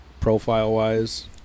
profile-wise